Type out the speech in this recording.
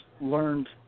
learned